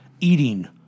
eating